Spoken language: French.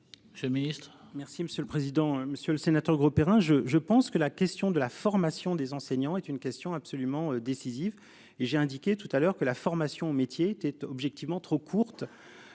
collègues. Ce ministre-maire. Monsieur le président, Monsieur le Sénateur Grosperrin je je pense que la question de la formation des enseignants est une question absolument décisive et j'ai indiqué tout à l'heure que la formation aux métier était objectivement trop courte.